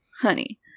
honey